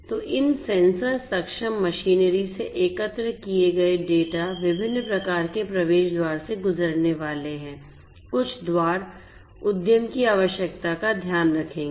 तो इन सेंसर सक्षम मशीनरी से एकत्र किए गए डेटा विभिन्न प्रकार के प्रवेश द्वार से गुजरने वाले हैं कुछ द्वार उद्यम की आवश्यकता का ध्यान रखेंगे